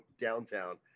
downtown